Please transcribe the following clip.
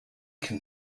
can